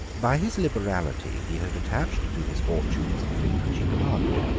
by his liberality he had attached to his fortunes the fleet which he commanded,